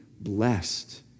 blessed